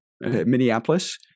Minneapolis